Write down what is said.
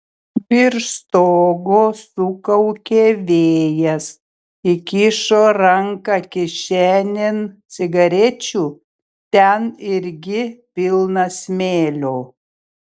virš stogo sukaukė vėjas įkišo ranką kišenėn cigarečių ten irgi pilna smėlio